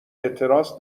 اعتراض